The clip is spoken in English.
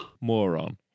moron